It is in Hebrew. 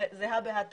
זה הא בהא תליא.